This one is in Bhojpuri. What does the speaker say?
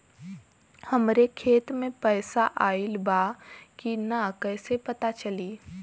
हमरे खाता में पैसा ऑइल बा कि ना कैसे पता चली?